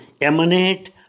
emanate